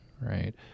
right